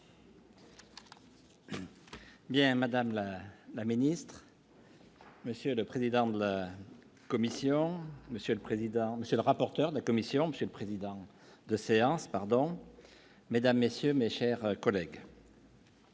Bien Madame la la ministre. Monsieur le président de la Commission, monsieur le président, monsieur le rapporteur de la commission, monsieur le président de séance, pardon mesdames, messieurs, mes chers collègues.